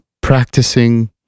practicing